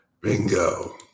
Bingo